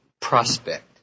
prospect